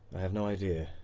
have no idea,